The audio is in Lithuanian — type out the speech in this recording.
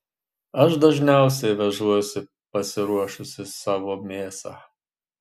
aš dažniausiai vežuosi pasiruošusi savo mėsą